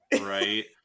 Right